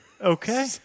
Okay